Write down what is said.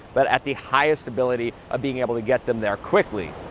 but at the highest ability of being able to get them there quickly.